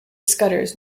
scudder’s